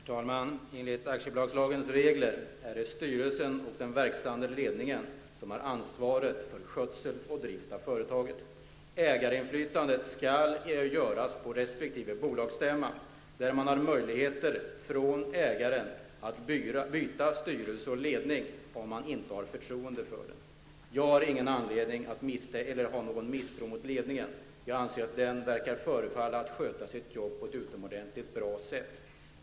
Herr talman! Enligt aktiebolagslagens regler är det styrelsen och den verkställande ledningen som har ansvaret för skötsel och drift av företaget. bolagsstämma, där ägaren har möjligheter att byta styrelse och ledning om ägaren inte har förtroende för dem. Jag har ingen anledning att misstro ledningen. Den verkar sköta sitt jobb på ett utomordentligt bra sätt.